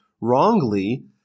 wrongly